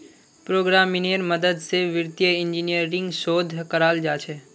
प्रोग्रम्मिन्गेर मदद से वित्तिय इंजीनियरिंग शोध कराल जाहा